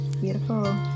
Beautiful